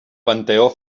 panteó